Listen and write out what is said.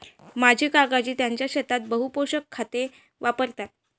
माझे काकाजी त्यांच्या शेतात बहु पोषक खते वापरतात